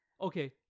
okay